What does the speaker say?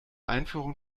einführung